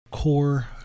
core